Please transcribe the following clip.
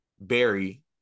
Barry